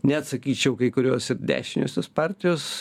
net sakyčiau kai kurios ir dešiniosios partijos